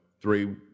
three